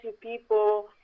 people